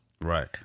Right